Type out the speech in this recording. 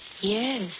Yes